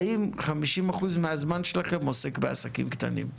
האם 50% מהזמן שלכם עוסק בעסקים קטנים?